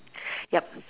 yup